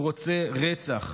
הוא רוצה רצח,